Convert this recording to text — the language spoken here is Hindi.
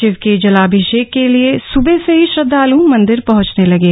शिव के जलाभिषेक के लिए सूबह से ही श्रद्धालु मंदिर पहुंचने लगे